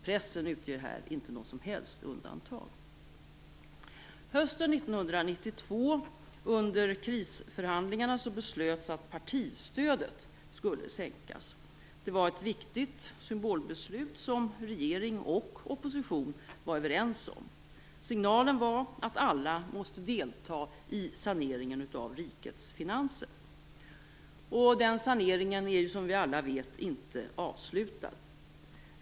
Pressen utgör här inte något som helst undantag. Hösten 1992, under krisförhandlingarna, beslutades att partistödet skulle sänkas. Det var ett viktigt symbolbeslut som regering och opposition var överens om. Signalen var att alla måste delta i saneringen av rikets finanser. Den saneringen är, som vi alla vet, inte avslutad.